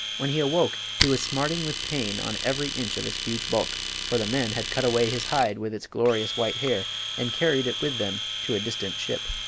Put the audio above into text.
when he awoke he was smarting with pain on every inch of his huge bulk, for the men had cut away his hide with its glorious white hair and carried it with them to a distant ship.